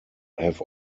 have